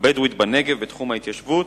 הבדואית בנגב בתחום ההתיישבות